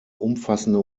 umfassende